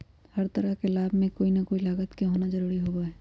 हर तरह के लाभ में कोई ना कोई लागत के होना जरूरी होबा हई